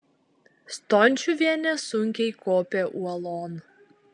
stončiuvienė sunkiai kopė uolon